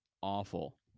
awful